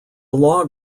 law